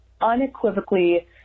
unequivocally